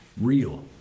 real